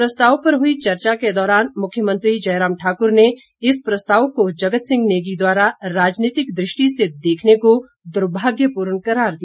प्रस्ताव पर हुई चर्चा के दौरान मुख्यमंत्री जयराम ठाकुर ने इस प्रस्ताव को जगत सिंह नेगी द्वारा राजनीतिक दृष्टि से देखने को दुर्भाग्यपूर्ण करार दिया